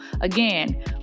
again